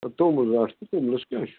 توٚمُل رٹھ ژٕ توٚملس کیٛاہ چھُ